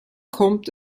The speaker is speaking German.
kommt